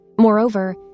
Moreover